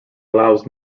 allows